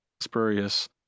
spurious